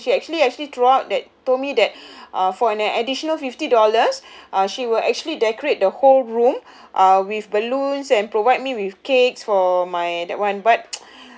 she actually actually throughout that told me that uh for an additional fifty dollars uh she will actually decorate the whole room uh with balloons and provide me with cakes for my that one but